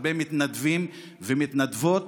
הרבה מתנדבים ומתנדבות